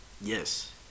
Yes